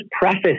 preface